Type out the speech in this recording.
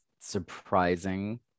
surprising